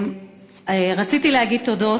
חובת ייצוג הולם